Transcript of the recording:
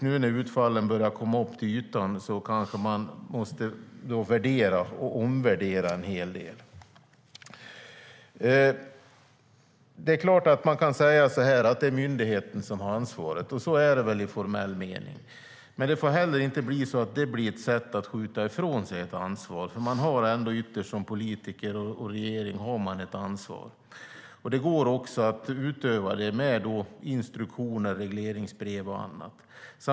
Nu när utfallen börjar komma upp till ytan måste man kanske värdera och omvärdera en hel del. Det är klart att man kan säga att det är myndigheten som har ansvaret, och så är det väl i formell mening. Men det får inte bli ett sätt att skjuta ifrån sig ansvar. Som politiker och regering har man det yttersta ansvaret. Det går också att utöva det genom instruktioner, regleringsbrev och annat.